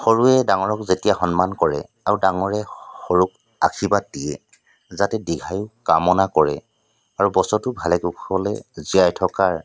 সৰুৱে ডাঙৰক যেতিয়া সন্মান কৰে আৰু ডাঙৰে সৰুক আশীৰ্বাদ দিয়ে যাতে দীৰ্ঘায়ু কামনা কৰে আৰু বছৰটো ভালে কুশলে জীয়াই থকাৰ